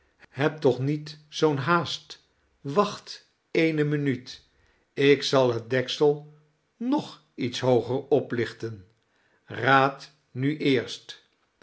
heb toch niet zoo'n haast wacht eene minuut ik zal het deksel nog iets hooger oplichten raad nu eerst